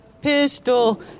pistol